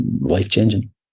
life-changing